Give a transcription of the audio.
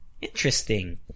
Interesting